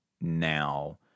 now